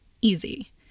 easy